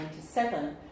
1997